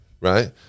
right